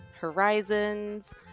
Horizons